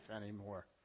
anymore